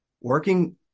working